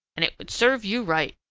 and it would serve you right.